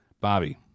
Bobby